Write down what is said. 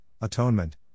atonement